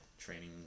training